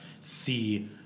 see